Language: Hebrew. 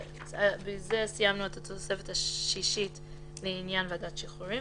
בזה סיימנו את התוספת השישית לעניין ועדת שחרורים